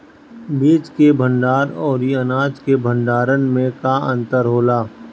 बीज के भंडार औरी अनाज के भंडारन में का अंतर होला?